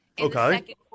Okay